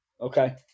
okay